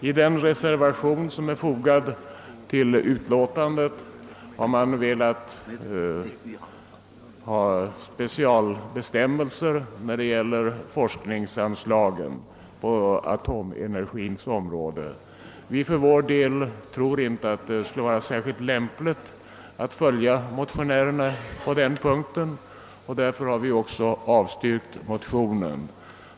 I den reservation som är fogad till utlåtandet har man önskat specialbestämmelser beträffande forskningsanslagen på atomenergiområdet. Vi för vår del tror inte att det skulle vara särskilt lämpligt att följa motionärerna på den punkten, varför vi avstyrkt motionen.